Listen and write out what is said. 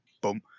boom